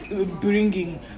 bringing